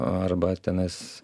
arba tenais